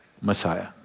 Messiah